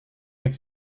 baik